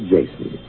Jason